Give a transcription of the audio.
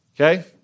Okay